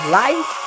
life